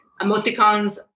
Emoticons